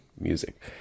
music